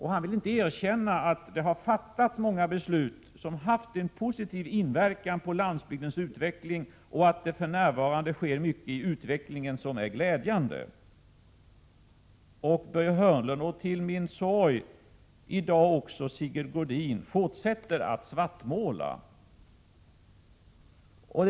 Han vill inte erkänna att det har fattats många beslut som haft en positiv inverkan på landsbygdens utveckling och att det för närvarande sker mycket i utvecklingen som är glädjande. Börje Hörnlund, och till min sorg också Sigge Godin, fortsätter att svartmåla.